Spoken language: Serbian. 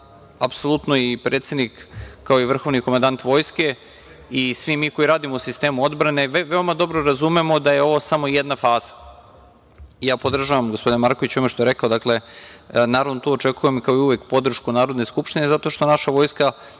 apsolutno i predsednik kao i vrhovni komandant vojske i svi mi koji radimo u sistemu odbrane veoma dobro razumemo da je ovo samo jedna faza. Ja podržavam, gospodine Markoviću, ono što je rekao. Dakle, naravno tu očekujem kao i uvek podršku Narodne skupštine zato što naša vojska